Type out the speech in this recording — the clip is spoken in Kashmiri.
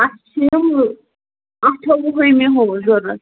اَسہِ چھِ یِم اَٹھووُہِمہِ ہُہ ضوٚرَتھ